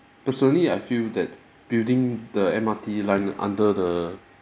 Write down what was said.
personally I feel that building the M_R_T line under the